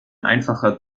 einfacher